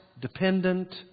dependent